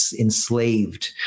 enslaved